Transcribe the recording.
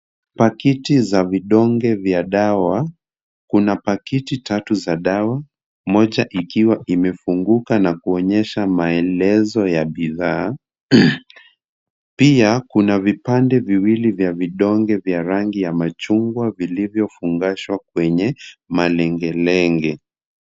Pakiti za vidonge vya dawa. Kuna pakiti tatu za dawa moja ikiwa imefunguka na kuonyesha maelezo ya bidhaa. Pia kuna vipande viwili vya vidonge vya rangi ya machungwa vilivyofungashwa kwenye malengelenge.